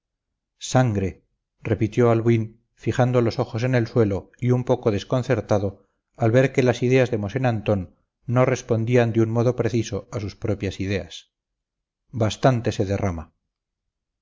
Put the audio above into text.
sangre repitió albuín fijando los ojos en el suelo y un poco desconcertado al ver que las ideas de mosén antón no respondían de un modo preciso a sus propias ideas bastante se derrama